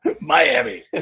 Miami